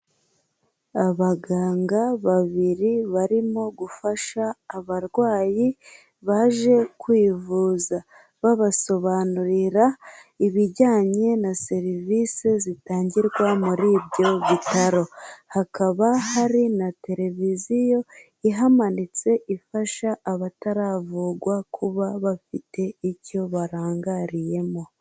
Abaganga babiri barimo gufasha abarwayi baje kwivuza. Babasobanurira ibijyanye na serivise zitangirwa muri ibyo bitaro. Hakaba hari na televiziyo ihamanitse, ifasha abataravugwa kuba bafite icyo barangariyemo.